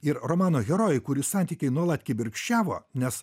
ir romano herojai kurių santykiai nuolat kibirkščiavo nes